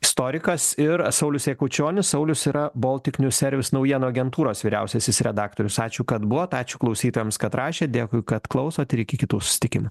istorikas ir saulius jakučionis saulius yra baltic news service naujienų agentūros vyriausiasis redaktorius ačiū kad buvot ačiū klausytojams kad rašėt dėkui kad klausot ir iki kitų susitikimų